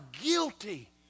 guilty